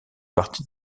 partie